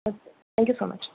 okay thank you so much